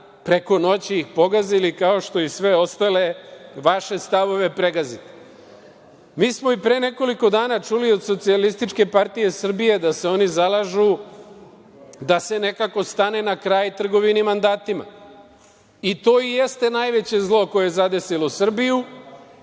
preko noći ih pogazili kao što i sve ostale vaše stavove pregazite. Mi smo i pre nekoliko dana čuli od SPS da se oni zalažu da se nekako stane na kraj trgovini mandatima i to i jeste najveće zlo koje je zadesilo Srbiju